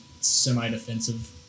semi-defensive